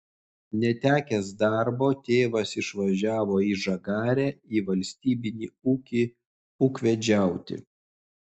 netekęs darbo tėvas išvažiavo į žagarę į valstybinį ūkį ūkvedžiauti